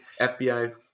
FBI